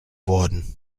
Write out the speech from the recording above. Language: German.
worden